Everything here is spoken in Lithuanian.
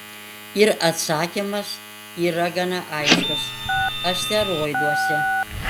ir atsakymas yra gana aiškus asteroiduose